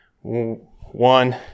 one